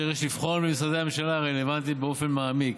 אשר יש לבחון במשרדי הממשלה הרלוונטיים באופן מעמיק.